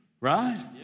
right